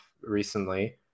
recently